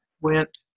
went